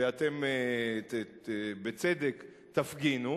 ואתם בצדק, תפגינו,